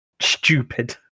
stupid